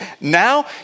Now